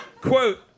Quote